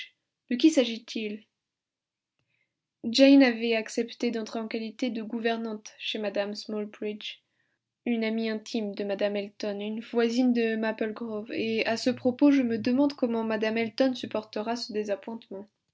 de qui s'agit-il jane avait accepté d'entrer en qualité de gouvernante chez mme smalbridge une amie intime de mme elton une voisine de maple grove et à ce propos je me demande comment mme elton supportera ce